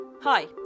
Hi